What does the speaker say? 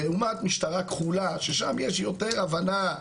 לעומת משטרה כחולה ששם יש יותר הבנה,